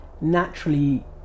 naturally